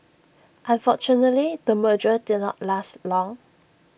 unfortunately the merger did not last long